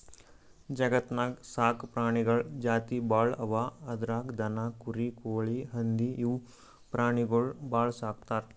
ಜಗತ್ತ್ನಾಗ್ ಸಾಕ್ ಪ್ರಾಣಿಗಳ್ ಜಾತಿ ಭಾಳ್ ಅವಾ ಅದ್ರಾಗ್ ದನ, ಕುರಿ, ಕೋಳಿ, ಹಂದಿ ಇವ್ ಪ್ರಾಣಿಗೊಳ್ ಭಾಳ್ ಸಾಕ್ತರ್